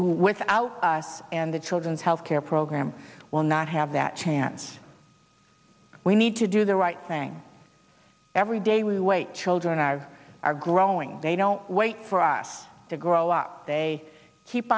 without and the children's health care program will not have that chance we need to do the right thing every day we wait children are are growing they don't wait for us to grow up they keep